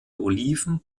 oliven